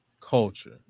culture